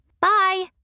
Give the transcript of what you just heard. Bye